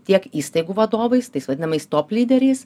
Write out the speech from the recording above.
tiek įstaigų vadovais tais vadinamais top lyderiais